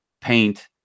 paint